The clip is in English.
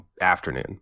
afternoon